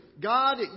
God